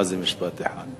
מה זה משפט אחד?